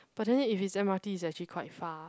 but then if it's m_r_t it's actually quite far